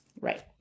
Right